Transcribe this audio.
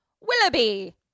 Willoughby